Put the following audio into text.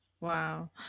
Wow